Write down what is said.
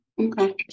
Okay